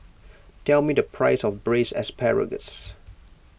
tell me the price of Braised Asparagus